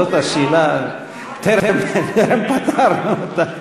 זאת השאלה, טרם פתרנו אותה.